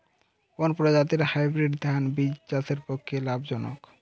কোন প্রজাতীর হাইব্রিড ধান বীজ চাষের পক্ষে লাভজনক?